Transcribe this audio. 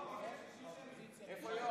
יואב,